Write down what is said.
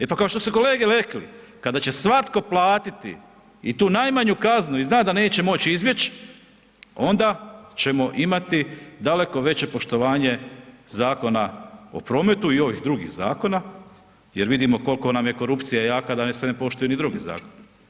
E pa kao što su kolege rekli, kada će svatko platiti i tu najmanju kaznu i zna da neće moći izbjeć, onda ćemo imati daleko veće poštovanje zakona o prometu i ovih drugih zakona jer vidimo koliko nam je korupcija jaka da se ne poštuju ni drugi zakoni.